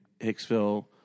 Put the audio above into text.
Hicksville